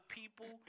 people